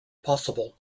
possible